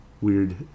weird